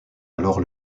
alors